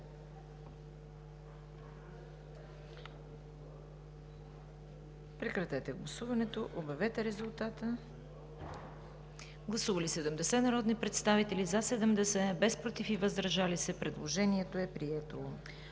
Прекратете гласуването и обявете резултата.